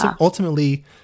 Ultimately